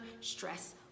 stress